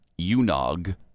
UNOG